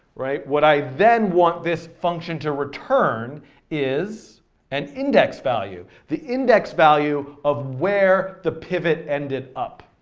right? what i then want this function to return is an index value. the index value of where the pivot ended up.